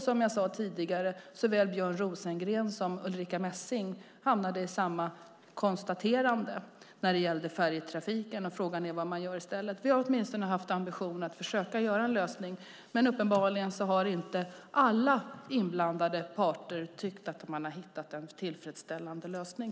Som jag sade tidigare hamnade såväl Björn Rosengren som Ulrica Messing i samma konstaterande när det gäller färjetrafiken. Frågan är vad man gör i stället. Vi har åtminstone haft ambitionen att försöka hitta en lösning. Men uppenbarligen har inte alla inblandade parter tyckt att man har hittat en tillfredsställande lösning.